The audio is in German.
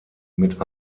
mit